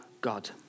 God